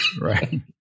Right